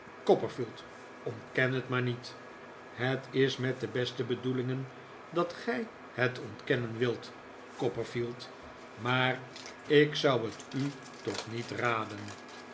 copperfield ontken het maar niet het is met de beste bedoelingen dat gij het ontkennen wilt copperfield maar ik zou het u toch niet raden